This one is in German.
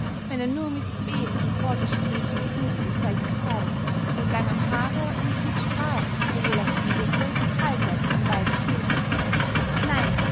wenn er nur mit zween emporgestrebten fingern gezeichnet sey mit langem haare und mit strahlen sowohl auf dem wirbel als auch an beiden schläfen nein